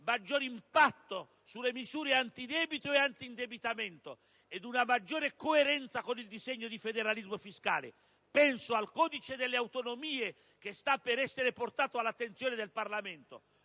maggiore impatto sulle misure anti-debito e anti-indebitamento ed una maggiore coerenza con il disegno di federalismo fiscale; penso al codice delle autonomie, che sta per essere portato all'attenzione del Parlamento.